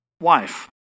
wife